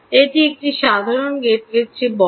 এটি একটি সাধারণ গেটওয়ের চেয়ে বড়